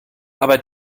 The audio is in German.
aber